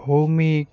Bhowmik